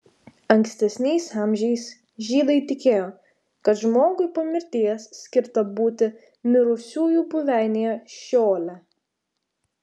ankstesniais amžiais žydai tikėjo kad žmogui po mirties skirta būti mirusiųjų buveinėje šeole